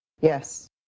Yes